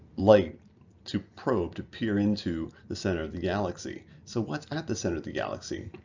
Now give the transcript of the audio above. light to probe, to peer into the center of the galaxy. so what's at the center of the galaxy?